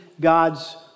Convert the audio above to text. God's